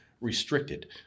restricted